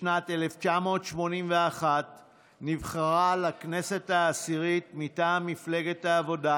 בשנת 1981 נבחרה לכנסת העשירית מטעם מפלגת העבודה,